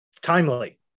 Timely